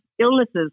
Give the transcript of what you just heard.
illnesses